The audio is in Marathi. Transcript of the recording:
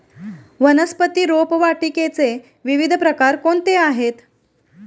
वनस्पती रोपवाटिकेचे विविध प्रकार कोणते आहेत?